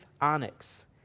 onyx